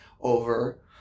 over